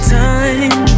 time